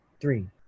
three